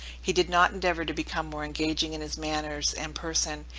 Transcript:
he did not endeavor to become more engaging in his manners and person,